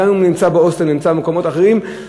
גם אם הוא נמצא בהוסטל או במקומות אחרים,